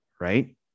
Right